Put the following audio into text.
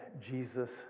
Jesus